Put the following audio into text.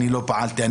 לא פעלתי,